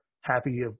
happy